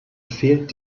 fehlt